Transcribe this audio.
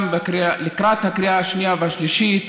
גם לקראת הקריאה השנייה והשלישית,